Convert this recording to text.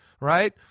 right